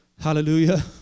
Hallelujah